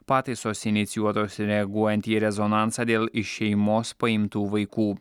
pataisos inicijuotos reaguojant į rezonansą dėl iš šeimos paimtų vaikų